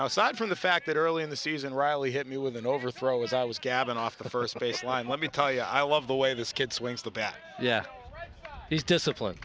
aside from the fact that early in the season riley hit me with an overthrow as i was gabbing off the first base line let me tell you i love the way this kid swings the bat yeah he's discipline